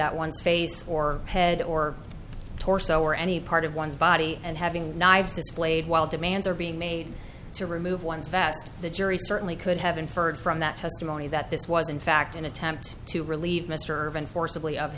at one's face or head or torso or any part of one's body and having knives displayed while demands are being made to remove one's vest the jury certainly could have inferred from that testimony that this was in fact an attempt to relieve mr irving forcibly of